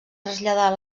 traslladar